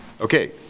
okay